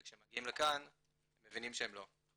וכשהם מגיעים לכאן הם מבינים שהם לא,